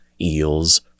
eels